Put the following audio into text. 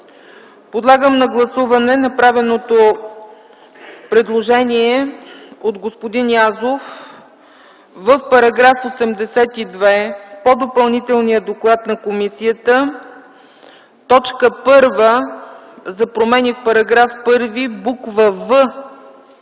Подлагам на гласуване направеното предложение от господин Язов в § 82 по Допълнителния доклад на комисията т. 1 за промени в § 1, буква